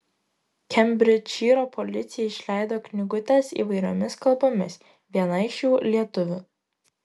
kembridžšyro policija išleido knygutes įvairiomis kalbomis viena iš jų lietuvių